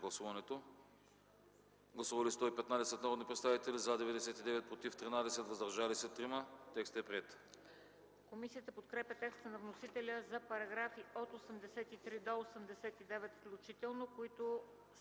Гласували 115 народни представители: за 99, против 13, въздържали се 3. Текстът е приет.